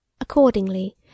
Accordingly